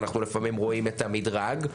ואנחנו לפעמים רואים את המדרג,